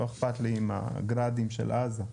לא אכפת לי עם הגראדים של עזה.